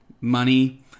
money